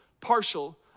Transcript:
partial